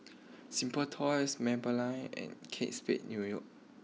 Simply Toys Maybelline and Kate Spade new York